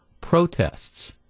protests